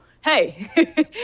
hey